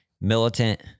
militant